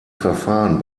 verfahren